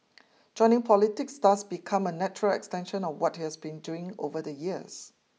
joining politics thus become a natural extension of what he has been doing over the years